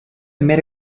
mera